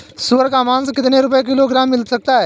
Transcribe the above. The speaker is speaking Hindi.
सुअर का मांस कितनी रुपय किलोग्राम मिल सकता है?